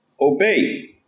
obey